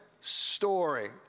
story